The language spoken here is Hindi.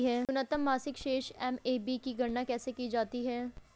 न्यूनतम मासिक शेष एम.ए.बी की गणना कैसे की जाती है?